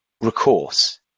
recourse